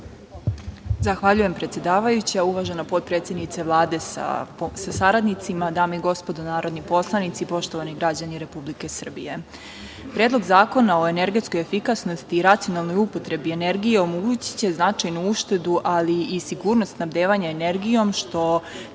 Zahvaljujem predsedavajuća. Uvažena potpredsednice Vlade sa saradnicima, dame i gospodo narodni poslanici, poštovani građani Republike Srbije, Predlog zakona o energetskoj efikasnosti i racionalnoj upotrebi energije omogućiće značajnu uštedu, ali i sigurnost snabdevanja energijom, što